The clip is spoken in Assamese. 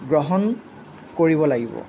গ্ৰহণ কৰিব লাগিব